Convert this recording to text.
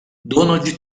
donald